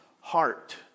heart